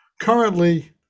Currently